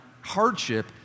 hardship